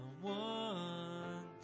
one